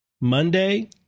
Monday